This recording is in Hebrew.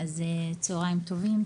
צוהריים טובים,